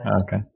Okay